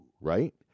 Right